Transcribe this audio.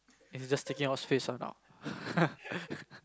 I just taking up space ah now